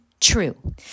true